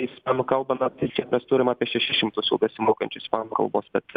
ispanų kalbą na tai šiandien mes turim apie šešis šimtus jau besimokančių ispanų kalbos bet